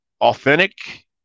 authentic